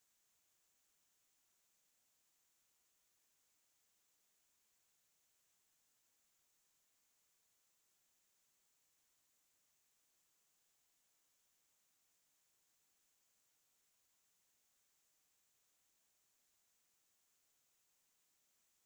the on the second day or the third day ah also got one girl suddenly don't want to take part anymore like she's a facilitator then அது ஒண்ணுமே சொல்லல நம்ம கிட்டையும் சொல்லல யார் கிட்டையும் சொல்லல அந்த மற்ற:athu onnume sollala namma kittayum sollala yaar kittayum sollala yaar kittayum sollala antha matra leader கிட்டையும் ஒன்னும் சொல்லல:kittayum onnum sollala so we are all thinking that she's just gonna show up the next day cause this is